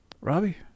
Robbie